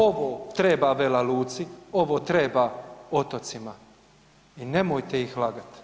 Ovo treba Vela Luci, ovo treba otocima i nemojte ih lagat.